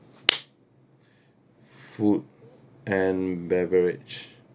food and beverage